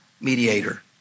mediator